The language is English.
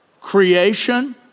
creation